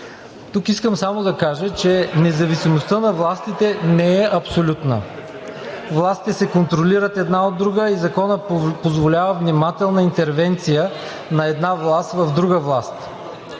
Тук искам само да кажа, че независимостта на властите не е абсолютна. Властите се контролират една от друга и законът позволява внимателна интервенция на една власт в друга власт,